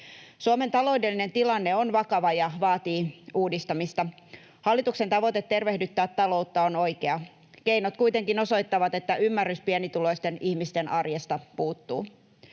Suomen taloudellinen tilanne on vakava ja vaatii uudistamista. Hallituksen tavoite tervehdyttää taloutta on oikea, keinot kuitenkin osoittavat, että ymmärrys pienituloisten ihmisten arjesta puuttuu.